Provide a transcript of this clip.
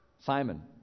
Simon